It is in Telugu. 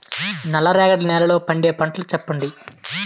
నల్ల రేగడి నెలలో పండే పంటలు చెప్పండి?